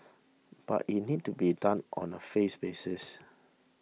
but it needs to be done on a phase basis